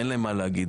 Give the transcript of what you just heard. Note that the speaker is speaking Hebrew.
אין להם מה להגיד,